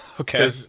Okay